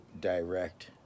direct